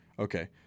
Okay